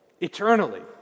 eternally